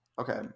Okay